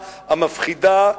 המפחידה,